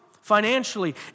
financially